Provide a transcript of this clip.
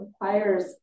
requires